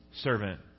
Servant